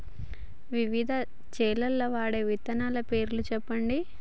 వివిధ చేలల్ల వాడే విత్తనాల పేర్లు చెప్పండి?